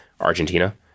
Argentina